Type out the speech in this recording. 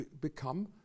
become